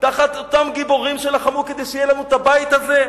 תחת אותם גיבורים שלחמו כדי שיהיה לנו הבית הזה?